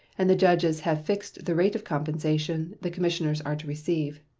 and the judges have fixed the rate of compensation the commissioners are to receive.